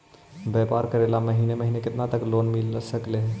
व्यापार करेल महिने महिने केतना तक लोन मिल सकले हे?